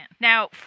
Now